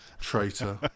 traitor